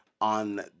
on